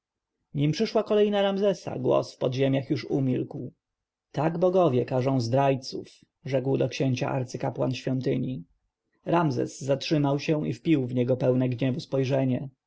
nim przyszła kolej na ramzesa głos w podziemiach już umilkł tak bogowie karzą zdrajców rzekł do księcia arcykapłan świątyni ramzes zatrzymał się i wpił w niego pełne gniewu spojrzenie